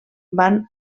van